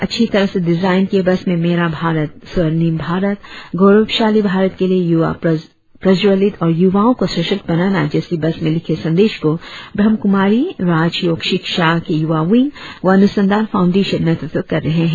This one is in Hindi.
अच्छी तरह से डिजाइन किए बस में मेरा भारत स्वर्णिम भारतगौरवशाली भारत के लिए युवा प्रज्वलित और युवाओ को सशक्त बनाना जैसी बस में लिखे संदेश को ब्रहम कुमारी राजयोग शिक्षा के युवा विंग व अनुसंधान फाउंडेशन नेतृत्व कर रहे है